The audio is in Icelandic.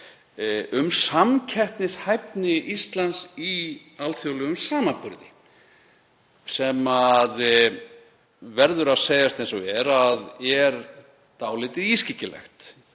um samkeppnishæfni Íslands í alþjóðlegum samanburði, sem verður að segjast eins og er að eru dálítið ískyggilegar